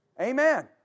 Amen